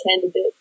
candidate